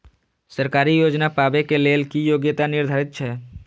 सरकारी योजना पाबे के लेल कि योग्यता निर्धारित छै?